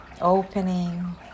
opening